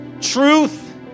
truth